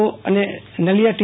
ઓ અને નલીયા ટી